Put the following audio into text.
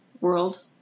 world